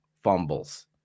fumbles